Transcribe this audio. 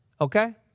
okay